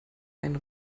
einen